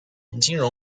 金融